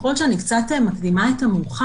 יכול להיות שאני קצת מקדימה את המאוחר.